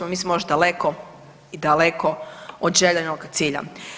Mi smo još daleko, daleko od željenog cilja.